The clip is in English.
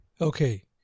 Okay